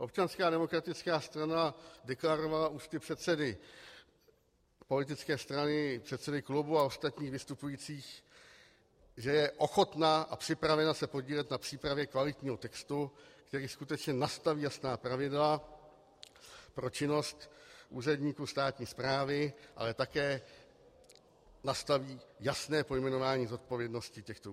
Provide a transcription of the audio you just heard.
Občanská demokratická strana deklarovala ústy předsedy politické strany, předsedy klubu a ostatních vystupujících, že je ochotna a připravena se podílet na přípravě kvalitního textu, který skutečně nastaví jasná pravidla pro činnost úředníků státní správy, ale také nastaví jasné pojmenování zodpovědnosti těchto úředníků.